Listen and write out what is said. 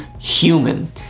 human